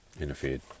interfered